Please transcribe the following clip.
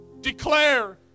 Declare